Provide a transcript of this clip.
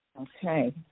Okay